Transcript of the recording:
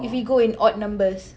if we go in odd numbers